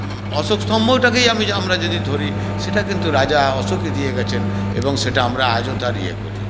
অশোক স্তম্ভটাকেই আমি আমরা যদি ধরি সেটা কিন্তু রাজা অশোকই দিয়ে গেছেন এবং সেটা আমরা আজও তার ইয়ে করি